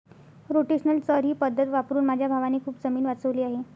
rotational चर ही पद्धत वापरून माझ्या भावाने खूप जमीन वाचवली आहे